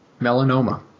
melanoma